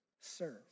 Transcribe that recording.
Serve